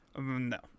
No